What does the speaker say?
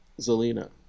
Zelina